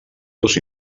dos